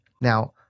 now